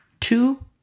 Two